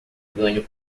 ganho